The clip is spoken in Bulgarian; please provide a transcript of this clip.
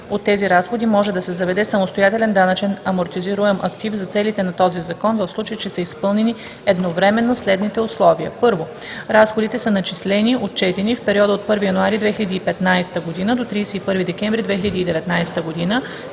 от тези разходи може да се заведе самостоятелен данъчен амортизируем актив за целите на този закон, в случай че са изпълнени едновременно следните условия: 1. разходите са начислени/отчетени в периода от 1 януари 2015 г. до 31 декември 2019 г.;